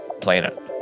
planet